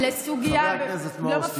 חבר הכנסת מעוז, תתכבד, תשב.